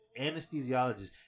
anesthesiologist